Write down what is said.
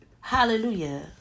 Hallelujah